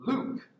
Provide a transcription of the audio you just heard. Luke